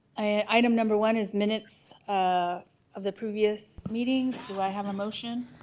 i am number one is minutes ah of the previous meetings do i have a motion